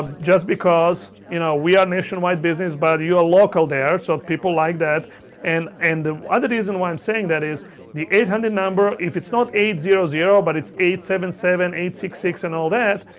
just because you know we are nationwide business but you are local there so people like that and and the other reason why i'm saying that is the eight hundred number, if it's eight zero zero but it's eight seven seven, eight six six and all that